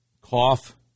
Cough